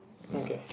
okay